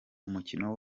umukino